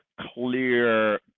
clear